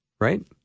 right